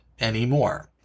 anymore